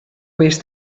bist